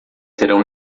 serão